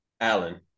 Alan